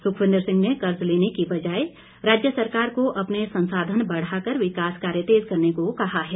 सुखविन्द्र सिंह ने कर्ज लेने की बजाय राज्य सरकार को अपने संसाधन बढ़ाकर विकास कार्य तेज़ करने को कहा है